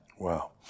wow